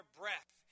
breath